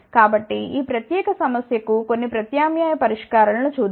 కాబట్టి ఈ ప్రత్యేక సమస్య కు కొన్ని ప్రత్యామ్నాయ పరిష్కారాలను చూద్దాం